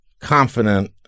confident